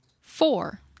four